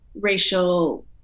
racial